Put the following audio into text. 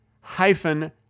hyphen